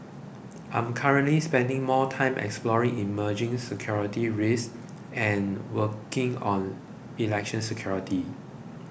I'm currently spending more time exploring emerging security risks and working on election security